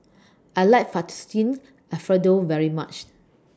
I like Fettuccine Alfredo very much